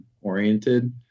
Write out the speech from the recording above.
oriented